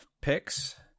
picks